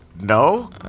No